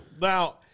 now